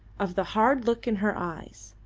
of the hard look in her eyes,